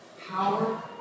power